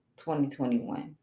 2021